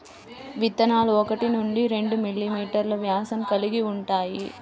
విత్తనాలు ఒకటి నుండి రెండు మిల్లీమీటర్లు వ్యాసం కలిగి ఉంటాయి